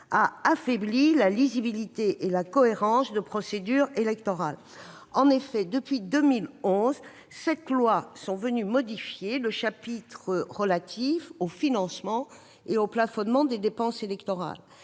a affaibli la lisibilité et la cohérence des procédures électorales. En effet, depuis 2011, sept lois ont modifié le chapitre relatif au financement et au plafonnement des dépenses électorales.